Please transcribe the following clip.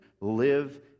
live